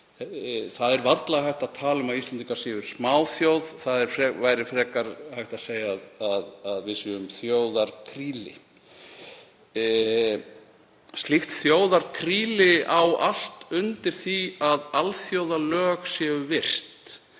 Varla er hægt að tala um að Íslendingar séu smáþjóð, frekar væri hægt að segja að við séum þjóðarkríli. Slíkt þjóðarkríli á allt undir því að alþjóðalög séu virt